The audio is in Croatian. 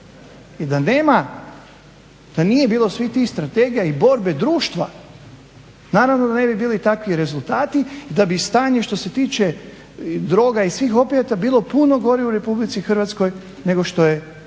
I da nema, da nije bilo svih tih strategija i borbe društva naravno da ne bi bili takvi rezultati i da bi stanje što se tiče droga i svih opijata bilo puno gore u RH nego što je to